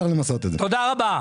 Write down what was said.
תודה רבה.